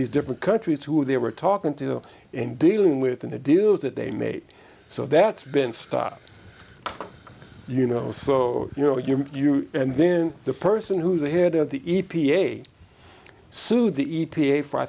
these different countries who they were talking to and dealing with and the deals that they made so that's been stuff you know so you know you you and then the person who's the head of the e p a sued the e p a for i